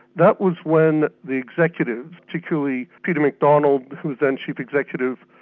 that was when the executive, particularly peter macdonald, who was then chief executive,